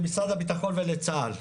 למשרד הביטחון ולצה"ל.